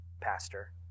pastor